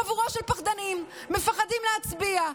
חבורה של פחדנים, מפחדים להצביע.